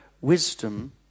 wisdom